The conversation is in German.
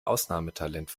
ausnahmetalent